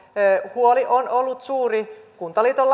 huoli on noussut kuntaliiton